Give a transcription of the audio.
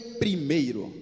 primeiro